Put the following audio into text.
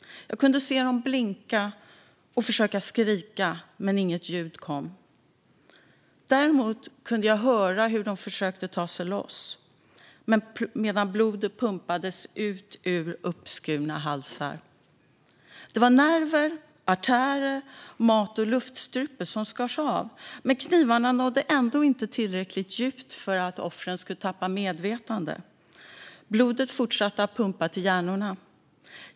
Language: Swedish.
Jag kunde se dem blinka och försöka skrika, men inget ljud kom. Däremot kunde jag höra hur de försökte ta sig loss medan blodet pumpades ut ur uppskurna halsar. Det var nerver, artärer och mat och luftstrupe som skars av, men knivarna nådde ändå inte tillräckligt djupt för att offren skulle tappa medvetandet. Blodet fortsatte att pumpas till hjärnorna.